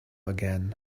again